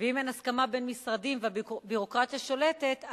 ואם אין הסכמה בין משרדים והביורוקרטיה שולטת,